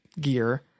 gear